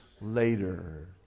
later